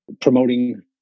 promoting